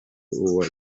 uwa